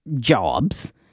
jobs